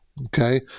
Okay